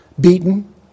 beaten